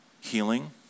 healing